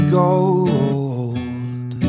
gold